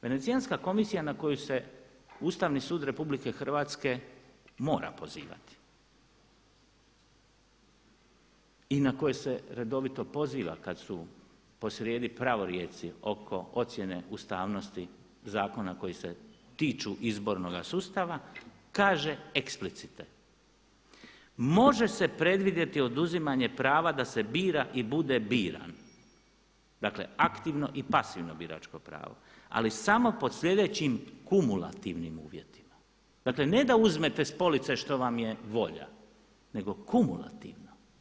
Venecijanska komisija na koju se Ustavni sud RH mora pozivati i na koje se redovito poziva kada su posrijedi pravorijeci oko ocjene ustavnosti zakona koji se tiču izbornoga sustava, kaže eksplicite „može se predvidjeti oduzimanje prava da se bira i bude biran“, dakle aktivno i pasivno biračko pravo „ali samo pod sljedećim kumulativnim uvjetima“, dakle ne da uzmete s police što vam je volja nego kumulativno.